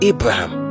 Abraham